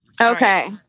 Okay